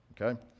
okay